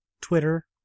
Twitter